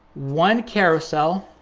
one carousel,